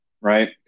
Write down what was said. right